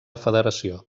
federació